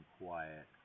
quiet